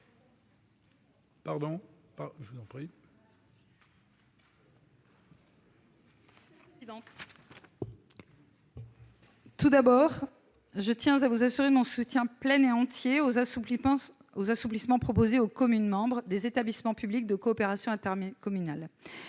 M. le président de la commission de mon soutien plein et entier aux assouplissements proposés aux communes membres des établissements publics de coopération intercommunale.